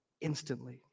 instantly